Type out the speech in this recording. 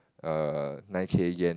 a nine K Yen